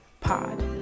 pod